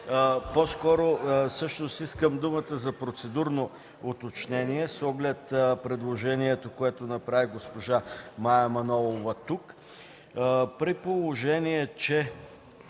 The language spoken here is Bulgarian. председател, искам думата за процедурно уточнение с оглед предложението, което направи госпожа Мая Манолова тук. При положение че